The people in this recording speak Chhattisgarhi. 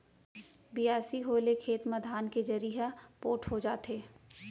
बियासी होए ले खेत म धान के जरी ह पोठ हो जाथे